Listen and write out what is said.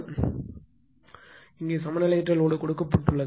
எனவே இங்கே சமநிலையற்ற லோடு கொடுக்கப்பட்டுள்ளது